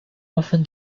often